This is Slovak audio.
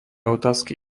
otázky